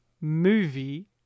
Movie